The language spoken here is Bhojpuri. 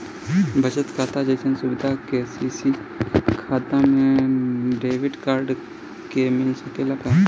बचत खाता जइसन सुविधा के.सी.सी खाता में डेबिट कार्ड के मिल सकेला का?